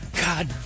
god